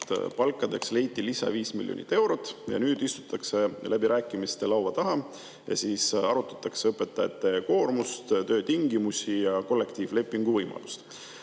palkadeks leiti lisaks 5 miljonit eurot. Nüüd istutakse läbirääkimiste laua taha ja arutatakse õpetajate koormust, töötingimusi ja kollektiivlepingu võimalust.